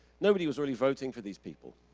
nobody was really voting for these people.